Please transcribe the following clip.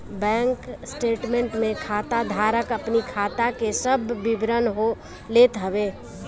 bank statement में खाता धारक अपनी खाता के सब विवरण लेत हवे